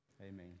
Amen